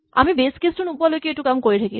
আমি বেচ কেচ টো নোপোৱালৈকে এইটো কাম কৰি থাকিম